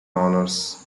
honors